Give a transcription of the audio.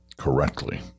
correctly